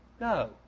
No